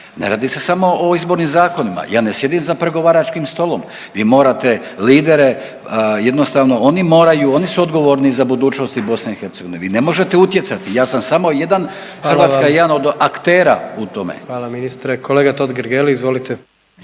ne radi se samo o izbornim zakonima, ja ne sjedim za pregovaračkim stolom. Vi morate lidere jednostavno oni moraju, oni su odgovorni za budućnosti BiH. Vi ne možete utjecati, ja sam samo jedan …/Upadica: Hvala vam./… Hrvatska je jedan od aktera u tome.